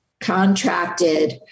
contracted